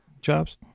jobs